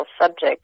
subject